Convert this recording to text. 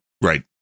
Right